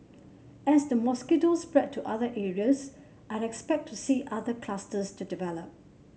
as the mosquitoes spread to other areas I expect to see other clusters to develop